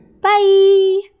Bye